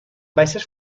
baixes